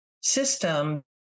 system